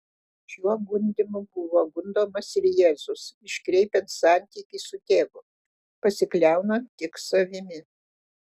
šiuo gundymu buvo gundomas ir jėzus iškreipiant santykį su tėvu pasikliaunant tik savimi